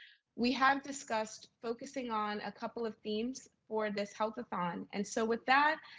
we have discussed focusing on a couple of themes for this healthathon and so with that,